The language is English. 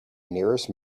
nearest